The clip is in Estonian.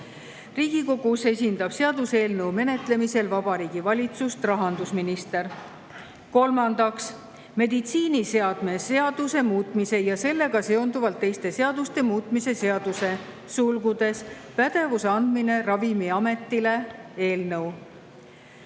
Riigikogus esindab seaduseelnõu menetlemisel Vabariigi Valitsust rahandusminister. Kolmandaks, meditsiiniseadme seaduse muutmise ja sellega seonduvalt teiste seaduste muutmise seaduse (pädevuse andmine Ravimiametile) eelnõu.